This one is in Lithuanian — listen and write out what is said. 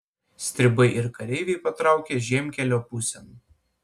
stribai ir kareiviai patraukė žiemkelio pusėn